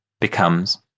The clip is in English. Becomes